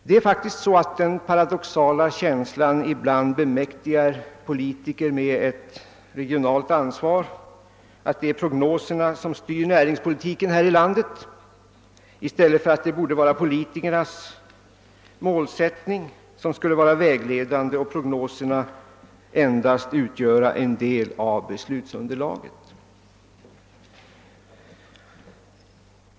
Det är faktiskt så, att den paradoxala känslan ibland bemäktigar sig politiker med ett regionalt ansvar, att det är prognoserna som styr näringspolitiken här i landet i stället för att det borde vara politikernas målsättning som borde vara vägledande och prognoserna endast utgöra en del av beslutsunderlaget.